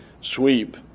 sweep